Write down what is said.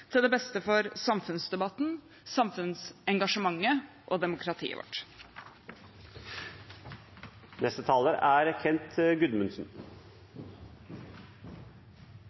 til det beste for samfunnsdebatten, samfunnsengasjementet og demokratiet vårt. Som velferdsprodusenter står kommunene sentralt, og en solid kommuneøkonomi er